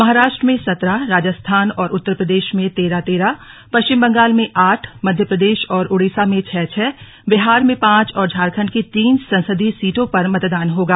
महाराष्ट्र में सत्रह राजस्थान और उत्तर प्रदेश में तेरह तेरह पश्चिम बंगाल में आठ मध्य प्रदेश और ओडिसा में छह छह बिहार में पांच और झारखंड की तीन संसदीय सीटों पर मतदान होगा